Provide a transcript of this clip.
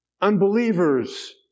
Unbelievers